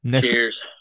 Cheers